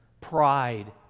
pride